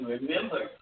Remember